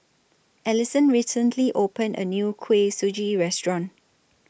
Allison recently opened A New Kuih Suji Restaurant